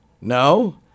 no